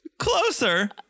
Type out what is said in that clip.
closer